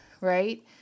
right